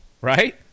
right